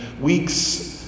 weeks